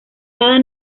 cada